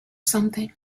something